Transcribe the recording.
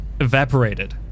Evaporated